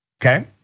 Okay